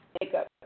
makeup